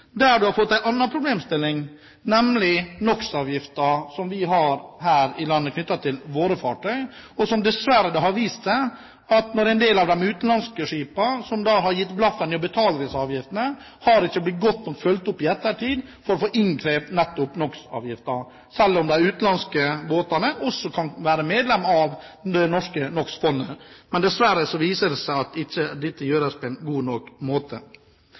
der vi har fått en annen problemstilling, nemlig NOx-avgiften, som vi har her i landet for våre fartøy. Det har dessverre vist seg at når en del av de utenlandske skipene har gitt blaffen i å betale disse avgiftene, har de ikke blitt godt nok fulgt opp i ettertid med tanke på å få innkrevd nettopp NOx-avgiften. De utenlandske båtene kan også være medlemmer av det norske NOx-fondet, men dessverre viser det seg at dette ikke gjøres på en god nok måte.